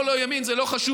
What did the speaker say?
שמאל או ימין, זה לא חשוב,